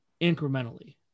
incrementally